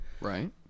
Right